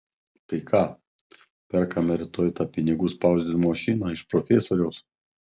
tai ką perkame rytoj tą pinigų spausdinimo mašiną iš profesoriaus